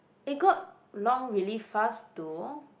it got long really fast though